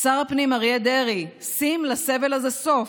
שר הפנים אריה דרעי, שים לסבל הזה סוף.